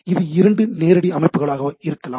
இது இரண்டு நேரடி அமைப்புகளாக இருக்கலாம்